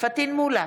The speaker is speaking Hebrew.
פטין מולא,